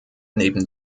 neben